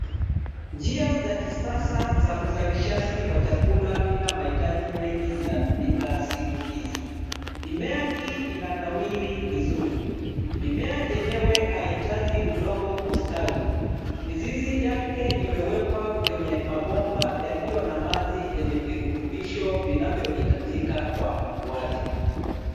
Njia za kisasa za uzalishaji waa chakula bila maitaji mengi zinatumika siku hizi. Mimea hii inanawiri vizuri. Mimea yenyewe haiitaji udongo kustawi. Mizizi yake imewekwa kwenye mabomba yaliyo na maji yenye virutubisho vinavyoitajika kwa ukuaji.